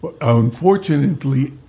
Unfortunately